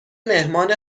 مهمانی